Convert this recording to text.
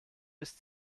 bis